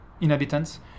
inhabitants